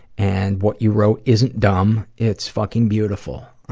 and what you wrote isn't dumb. it's fucking beautiful.